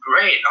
great